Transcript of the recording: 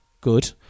good